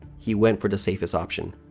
he went for the safest option.